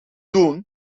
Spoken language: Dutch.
doen